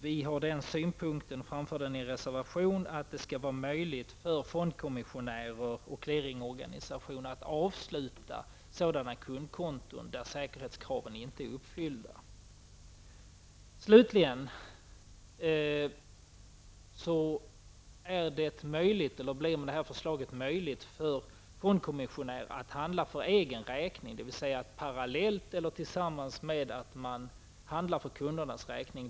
Vi framför synpunkter i reservation att det skall vara möjligt för fondkommissionär och clearingorganisation att avsluta sådana kundkonton där säkerhetskraven inte är uppfyllda. Slutligen blir det med föreliggande förslag möjligt för fondkommissionär att handla för egen räkning parallellt med att man handlar för kundernas räkning.